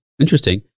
Interesting